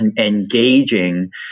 Engaging